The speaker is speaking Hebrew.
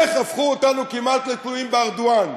איך הפכו אותנו כמעט לתלויים בארדואן,